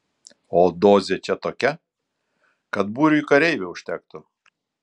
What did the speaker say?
o dozė čia tokia kad būriui kareivių užtektų